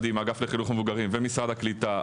עם האגף לחינוך למבוגרים ומשרד הקליטה,